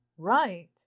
Right